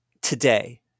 today